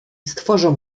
stworzą